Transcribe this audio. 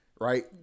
Right